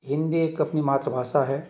हिंदी एक अपनी मात्र भाषा है